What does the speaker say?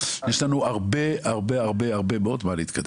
ויש לנו הרבה-הרבה-הרבה לאן להתקדם.